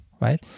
Right